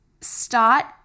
start